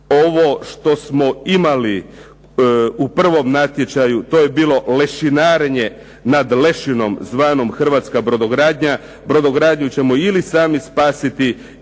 ovo što smo imali u prvom natječaju to je bilo lešinarenje nad lešinom zvanom Hrvatska brodogradnja. Brodogradnju ćemo ili sami spasiti